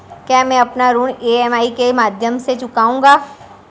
क्या मैं अपना ऋण ई.एम.आई के माध्यम से चुकाऊंगा?